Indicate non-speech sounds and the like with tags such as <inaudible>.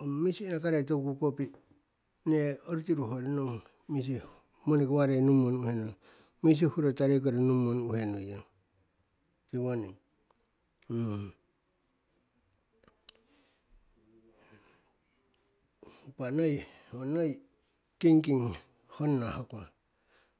Ong misi inakarei toku kukopi'i, nne orutiru hoyori nong misi monikowarei nummo nu'uhe nuiyong, misi hurotarei kori nummo nu'uhe nuiyong, tiwoning. <hesitation> impa noi, ho noi kingking honna hoko,